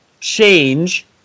change